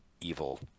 evil